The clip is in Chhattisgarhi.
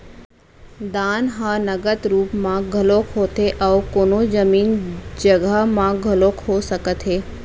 दान ह नगद रुप म घलोक होथे अउ कोनो जमीन जघा म घलोक हो सकत हे